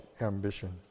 ambition